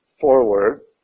forward